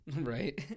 Right